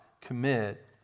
commit